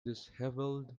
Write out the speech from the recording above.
dishevelled